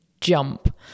jump